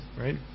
right